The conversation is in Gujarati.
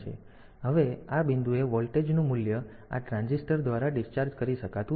તેથી હવે આ બિંદુએ આ વોલ્ટેજ મૂલ્ય આ ટ્રાંઝિસ્ટર દ્વારા ડિસ્ચાર્જ કરી શકાતું નથી